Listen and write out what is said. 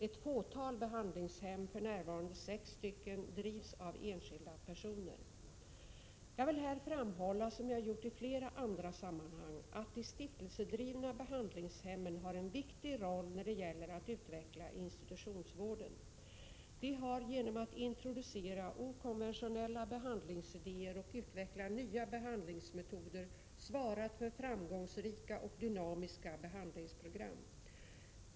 Ett fåtal behandlingshem, för närvarande sex stycken, drivs av enskilda personer. Jag vill här framhålla, som jag gjort i flera andra sammanhang, att de stiftelsedrivna behandlingshemmen har en viktig roll när det gäller att utveckla institutionsvården. De har genom att introducera okonventionella behandlingsidéer och utveckla nya behandlingsmetoder svarat för framgångsrika och dynamiska behandlingsprogram.